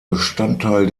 bestandteil